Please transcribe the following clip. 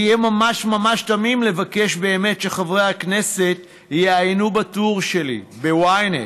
יהיה ממש ממש תמים לבקש באמת שחברי הכנסת יעיינו בטור שלי ב-ynet.